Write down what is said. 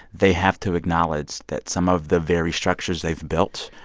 they have to acknowledge that some of the very structures they've built.